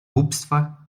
głupstwach